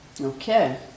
Okay